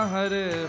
Hare